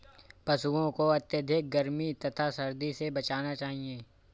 पशूओं को अत्यधिक गर्मी तथा सर्दी से बचाना चाहिए